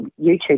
YouTube